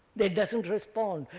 it doesn't respond,